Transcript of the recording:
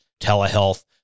telehealth